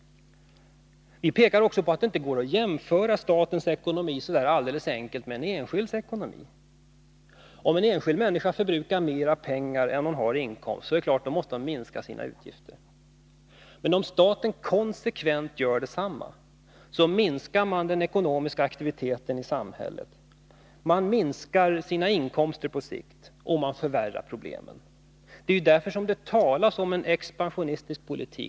Vi pekar också på att det inte utan vidare går att jämföra statens ekonomi med en enskild människas ekonomi. Om en enskild människa förbrukar mera pengar än han har i inkomst, måste han självfallet minska sina utgifter. Men om staten konsekvent gör detsamma, minskas den ekonomiska aktiviteten i samhället. Man minskar inkomsterna på sikt och förvärrar problemen. Det är ju därför som det talas om en expansionistisk politik.